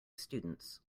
students